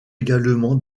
également